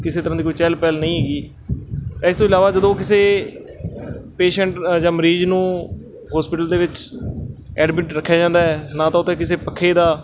ਕਿਸੇ ਤਰ੍ਹਾਂ ਦੀ ਕੋਈ ਚਹਿਲ ਪਹਿਲ ਨਹੀਂ ਹੈਗੀ ਇਸ ਤੋਂ ਇਲਾਵਾ ਜਦੋਂ ਕਿਸੇ ਪੇਸ਼ੈਂਟ ਜਾਂ ਮਰੀਜ਼ ਨੂੰ ਹੋਸਪਿਟਲ ਦੇ ਵਿੱਚ ਐਡਮਿਟ ਰੱਖਿਆ ਜਾਂਦਾ ਹੈ ਨਾ ਤਾਂ ਉੱਥੇ ਕਿਸੇ ਪੱਖੇ ਦਾ